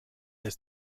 ist